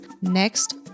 next